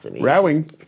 Rowing